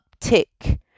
uptick